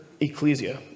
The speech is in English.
ecclesia